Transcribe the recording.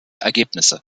ergebnisse